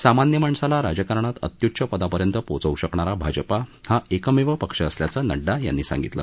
सामान्य माणसाला राजकारणात अत्युच्च पदापर्यंत पोचव् शकणारा भाजपा हा एकमेव पक्ष असल्याचं नड्डा यांनी सांगितलं